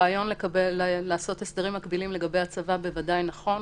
הרעיון לעשות הסדרים מקבילים לגבי הצבא בוודאי נכון,